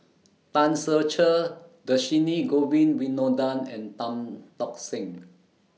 Tan Ser Cher Dhershini Govin Winodan and Tan Tock Seng